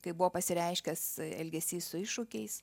kai buvo pasireiškęs elgesys su iššūkiais